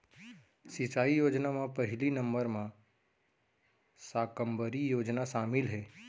सिंचई योजना म पहिली नंबर म साकम्बरी योजना सामिल हे